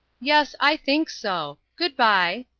yes, i think so. good by.